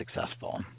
successful